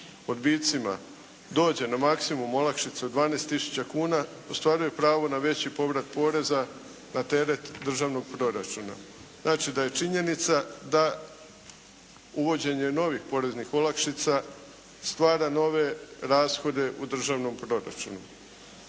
odbicima dođe na maksimum olakšica od 12000 kuna ostvaruje pravo na veći povrat poreza na teret državnog proračuna. Znači, da je činjenica da uvođenje novih poreznih olakšica stvara nove rashode u državnom proračunu.